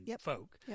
folk